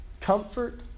comfort